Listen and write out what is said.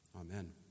Amen